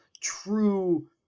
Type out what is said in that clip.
true